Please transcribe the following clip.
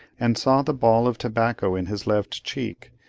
and saw the ball of tobacco in his left cheek,